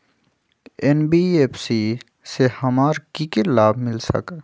NBFC से हमार की की लाभ मिल सक?